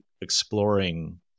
exploring